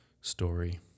story